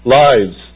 lives